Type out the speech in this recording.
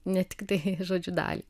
ne tiktai žodžiu dalį